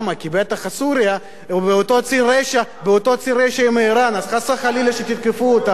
כי בטח סוריה באותו ציר רשע עם אירן אז חס וחלילה שתתקפו אותה.